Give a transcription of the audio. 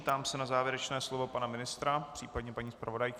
Ptám se na závěrečné slovo pana ministra, případně paní zpravodajky.